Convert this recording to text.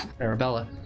Arabella